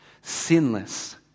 Sinless